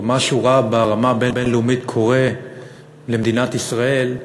או שמשהו רע ברמה הבין-לאומית קורה למדינת ישראל,